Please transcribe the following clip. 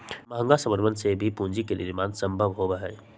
महंगा समनवन से भी पूंजी के निर्माण सम्भव होबा हई